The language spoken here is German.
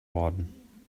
worden